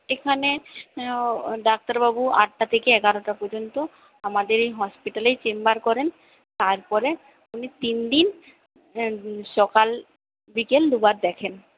এখানে ডাক্তারবাবু আটটা থেকে এগারোটা পৰ্যন্ত আমাদের এই হসপিটালেই চেম্বার করেন তারপরে উনি তিনদিন সকাল বিকেল দুবার দেখেন